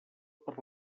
per